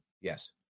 Yes